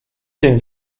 tym